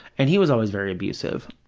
and he was always very abusive